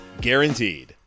guaranteed